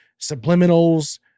subliminals